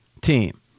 team